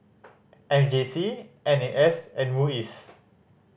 M J C N A S and MUIS